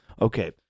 Okay